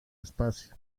espacio